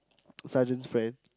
sergeant's friend